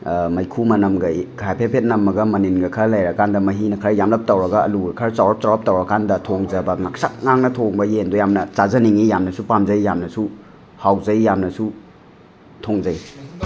ꯃꯩꯈꯨ ꯃꯅꯝꯒ ꯍꯥꯏꯐꯦꯠ ꯐꯦꯠ ꯅꯝꯃꯒ ꯃꯅꯤꯟꯒ ꯈꯔ ꯂꯩꯔꯀꯥꯟꯗ ꯃꯍꯤꯅ ꯈꯔ ꯌꯥꯝꯂꯞ ꯇꯧꯔꯒ ꯑꯂꯨꯒ ꯈꯔ ꯆꯥꯎꯔꯞ ꯆꯥꯎꯔꯞ ꯇꯧꯔꯀꯥꯟꯗ ꯊꯣꯡꯖꯕ ꯉꯛꯁꯪ ꯉꯥꯡꯅ ꯊꯣꯡꯕ ꯌꯦꯟꯗꯣ ꯌꯥꯝꯅ ꯆꯥꯖꯅꯤꯡꯉꯤ ꯌꯥꯝꯅꯁꯨ ꯄꯥꯝꯖꯩ ꯌꯥꯝꯅꯁꯨ ꯍꯥꯎꯖꯩ ꯌꯥꯝꯅꯁꯨ ꯊꯣꯡꯖꯩ